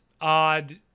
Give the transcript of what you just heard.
odd